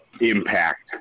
impact